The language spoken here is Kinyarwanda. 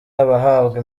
abahabwa